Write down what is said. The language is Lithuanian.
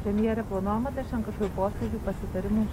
premjere planuojama dar šiandien kažkokių posėdžių pasitarimų